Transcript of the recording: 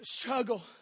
struggle